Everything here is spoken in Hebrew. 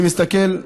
אני מסתכל,